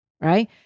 right